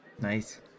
nice